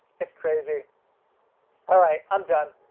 it's crazy all right. i'm done.